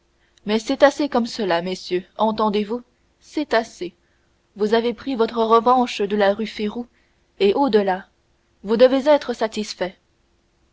mais c'est assez comme cela messieurs entendez-vous c'est assez vous avez pris votre revanche de la rue férou et au-delà vous devez être satisfaits